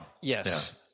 Yes